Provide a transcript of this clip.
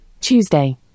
Tuesday